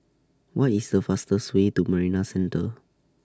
What IS The fastest Way to Marina Centre